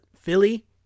philly